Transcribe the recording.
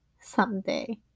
someday